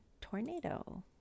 tornado